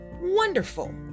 wonderful